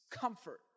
comfort